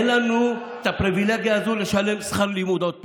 אין לנו את הפריבילגיה הזאת לשלם שכר לימוד עוד פעם.